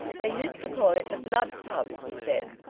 they used to call it the blood tub, he said.